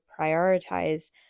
prioritize